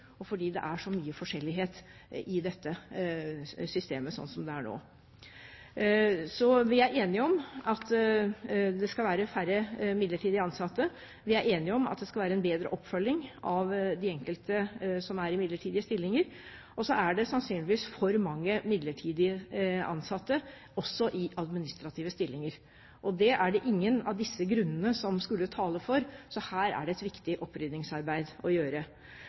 så mye forskjellighet i dette systemet, slik det er nå. Så vi er enige om at det skal være færre midlertidig ansatte. Vi er enige om at det skal være en bedre oppfølging av de enkelte som er i midlertidige stillinger. Så er det sannsynligvis for mange midlertidig ansatte også i administrative stillinger. Ingen av disse grunnene skulle tale for det, så her er det et viktig oppryddingsarbeid å gjøre.